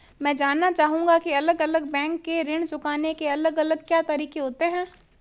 मैं जानना चाहूंगा की अलग अलग बैंक के ऋण चुकाने के अलग अलग क्या तरीके होते हैं?